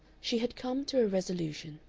she had come to a resolution.